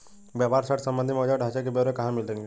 व्यापार ऋण संबंधी मौजूदा ढांचे के ब्यौरे कहाँ मिलेंगे?